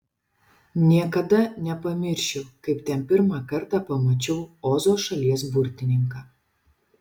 niekada nepamiršiu kaip ten pirmą kartą pamačiau ozo šalies burtininką